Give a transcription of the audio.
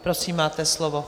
Prosím, máte slovo.